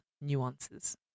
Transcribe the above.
nuances